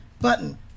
button